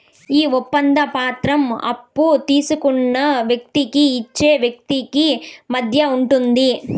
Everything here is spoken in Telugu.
ఈ ఒప్పంద పత్రం అప్పు తీసుకున్న వ్యక్తికి ఇచ్చే వ్యక్తికి మధ్య ఉంటుంది